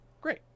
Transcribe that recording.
Great